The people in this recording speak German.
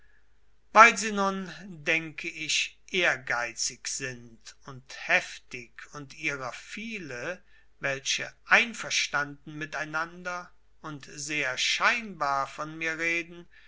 weil sie nun denke ich ehrgeizig sind und heftig und ihrer viele welche einverstanden miteinander und sehr scheinbar von mir reden